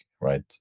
right